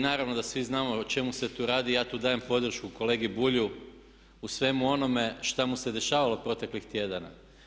Naravno da svi znamo o čemu se tu radi, ja tu dajem podršku kolegi Bulju u svemu onome što mu se dešavalo proteklih tjedana.